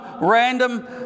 random